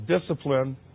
Discipline